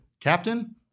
Captain